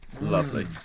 lovely